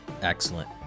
excellent